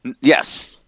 Yes